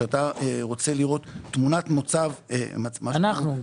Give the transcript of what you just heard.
שאתה רוצה לראות תמונת מצב -- כולנו.